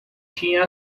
tinha